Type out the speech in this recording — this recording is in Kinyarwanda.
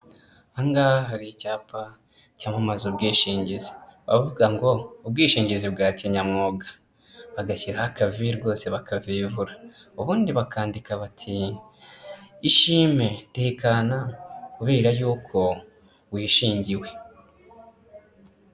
Aha ngaha hari icyapa cyamamaza ubwishingizi bavuga ngo ubwishingizi bwa kinyamwuga bagashyiraho akavi rwose bakavivura, ubundi bakandika bati ishime, tekana kubera y'uko wishingiwe.